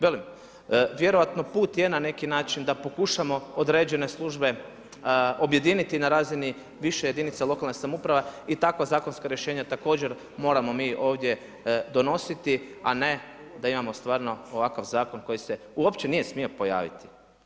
Velim, vjerojatno put je na neki način da pokušamo određene službe objediniti na razini više jedinica lokalne samouprave i tako zakonska rješenja također moramo mi ovdje donositi, a ne da imamo stvarno ovakav zakon koji se uopće nije smio pojaviti.